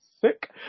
sick